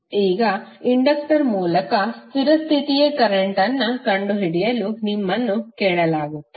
ಈಗ ಇಂಡಕ್ಟರ್ ಮೂಲಕ ಸ್ಥಿರ ಸ್ಥಿತಿಯ ಕರೆಂಟ್ ಅನ್ನು ಕಂಡುಹಿಡಿಯಲು ನಿಮ್ಮನ್ನು ಕೇಳಲಾಗುತ್ತದೆ